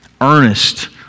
Earnest